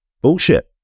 Bullshit